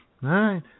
right